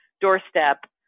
doorstep